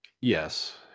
Yes